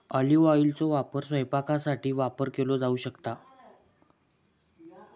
olive ऑइलचो वापर स्वयंपाकासाठी वापर केलो जाऊ शकता